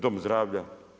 Dom zdravlja.